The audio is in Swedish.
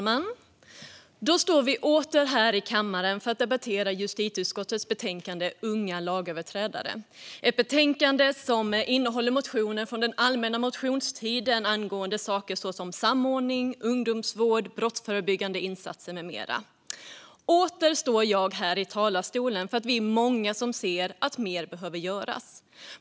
Herr talman! Då är vi åter här i kammaren för att debattera justitieutskottets betänkande Unga lagöverträdare , ett betänkande som innehåller motioner från allmänna motionstiden om sådant som samordning, ungdomsvård, brottsförebyggande insatser med mera. Åter står jag i talarstolen för att jag, liksom andra, ser att mer behöver göras.